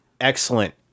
excellent